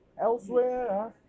Elsewhere